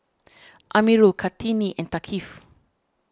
Amirul Kartini and Thaqif